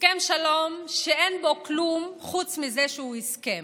הסכם שלום שאין בו כלום חוץ מזה שהוא הסכם,